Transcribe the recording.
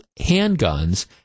handguns